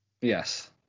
Yes